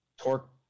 torque